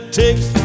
takes